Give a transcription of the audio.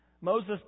Moses